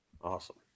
Awesome